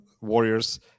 Warriors